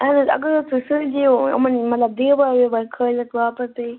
اَہَن حظ اَگر حظ تُہۍ سوٗزہو یِمَن مطلب دیوار ویوار کھٲلِتھ واپَس بیٚیہِ